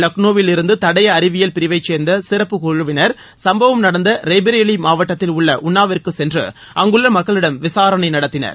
லக்னோவில் இருந்து தடயஅறிவியல் பிரிவைச்சேர்ந்த சிறப்பு குழுவினர் சும்பவம் நடந்த ரேபரேலி மாவட்டத்தில் உள்ள உள்ளாவிற்கு சென்று அங்குள்ள மக்களிடம் விசாரணை நடத்தினர்